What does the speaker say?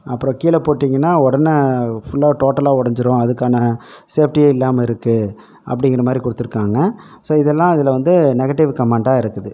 அப்புறம் கீழே போட்டிங்கன்னால் உடனே ஃபுல்லாகவே டோட்டலாக உடஞ்சிடும் அதுக்கான சேஃப்ட்டியே இல்லாமல் இருக்குது அப்படிங்கிற மாதிரி கொடுத்துருக்காங்க ஸோ இதெல்லாம் அதில் வந்து நெகட்டிவ் கமெண்ட்டாக இருக்குது